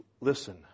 Listen